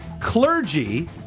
clergy